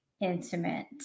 intimate